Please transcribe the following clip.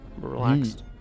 relaxed